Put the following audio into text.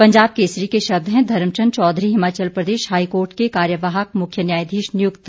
पंजाब केसरी के शब्द हैं धर्मचंद चौधरी हिमाचल प्रदेश हाई कोर्ट के कार्यवाहक मुख्य न्यायधीश नियुक्त